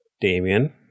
Damien